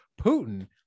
Putin